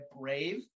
Brave